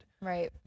Right